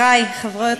מה אתה רוצה?